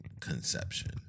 conception